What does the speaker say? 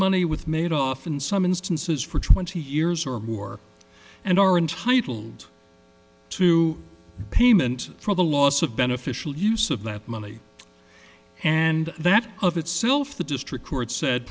money with made off in some instances for twenty years or more and are entitled to payment for the loss of beneficial use of that money and that of itself the district court said